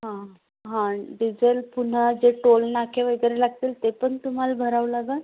हां हां डिजेल पुन्हा जे टोल नाके वगैरे लागतील ते पण तुम्हाला भरावं लागेल